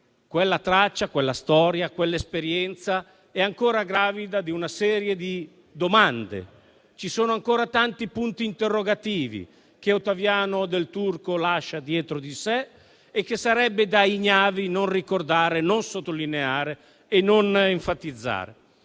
quella traccia, quella storia e quell'esperienza sono ancora gravide di una serie di domande. Ci sono ancora tanti punti interrogativi che Ottaviano Del Turco lascia dietro di sé e che sarebbe da ignavi non ricordare e non enfatizzare.